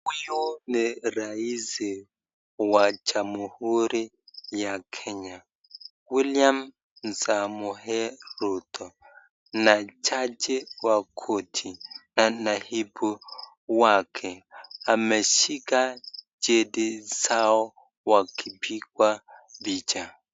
Huyu ni rais wa Jamhuri ya Kenya, William Samoei Ruto, na jaji wa koti na naibu wake. Ameshika cheti zao wakipigwa picha.